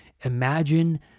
Imagine